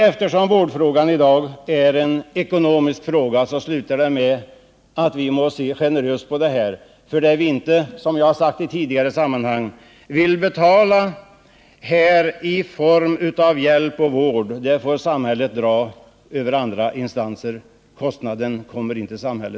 Eftersom vårdfrågan har blivit en ekonomisk fråga, så måste vi vara generösa. Samhället kommer inte undan kostnaderna för den vård som olika instanser måste ge.